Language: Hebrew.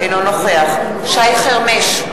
אינו נוכח שי חרמש,